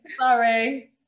Sorry